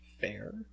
Fair